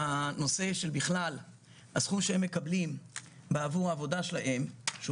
הנושא של הסכום שהם מקבלים עבור העבודה שלהם שהוא